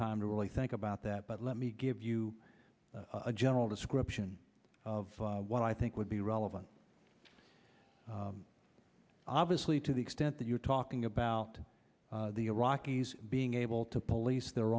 really think about that but let me give you a general description of what i think would be relevant obviously to the extent that you're talking about the iraqis being able to police their